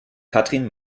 katrin